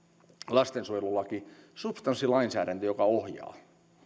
lastensuojelulaki substanssilainsäädäntö joka ohjaa